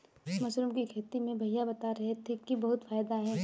mushroom की खेती में भैया बता रहे थे कि बहुत फायदा है